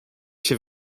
się